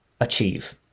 achieve